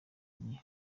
igihe